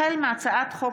החל מהצעת חוק